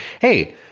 hey